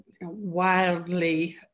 wildly